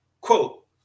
Quote